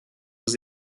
aux